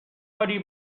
کاری